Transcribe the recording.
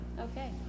Okay